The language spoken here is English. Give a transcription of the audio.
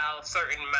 certain